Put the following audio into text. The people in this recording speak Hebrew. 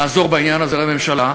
לעזור בעניין הזה לממשלה,